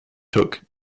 took